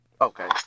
Okay